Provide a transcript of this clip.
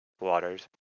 waters